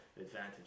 advantage